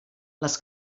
les